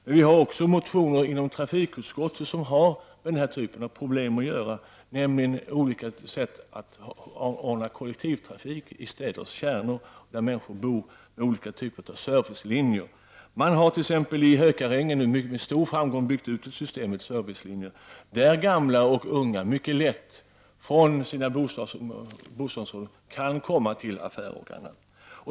Men vi i miljöpartiet har även väckt motioner som behandlas av trafikutskottet och som har med dessa problem att göra. De handlar om olika sätt att ordna kollektivtrafik i städernas kärnor där människor bor. Vi föreslår t.ex. olika typer av servicelinjer. I t.ex. Hökarängen har man med mycket stor framgång byggt ut ett system med servicelinjer, där gamla och unga mycket lätt från sina bostadsområden kan komma till affärer och annat.